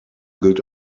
gilt